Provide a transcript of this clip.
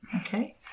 Okay